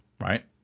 right